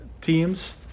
teams